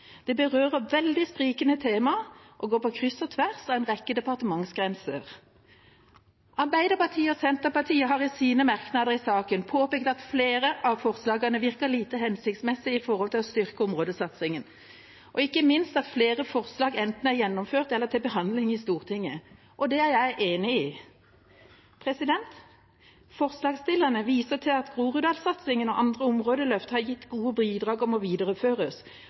Det berører veldig sprikende temaer og går på kryss og tvers av en rekke departementsgrenser. Arbeiderpartiet og Senterpartiet har i sine merknader i saken påpekt at flere av forslagene virker lite hensiktsmessig med tanke på å styrke områdesatsingen, og ikke minst at flere forslag enten er gjennomført eller til behandling i Stortinget. Det er jeg enig i. Forslagsstillerne viser til at Groruddalssatsingen og andre områdeløft har gitt gode bidrag og må videreføres.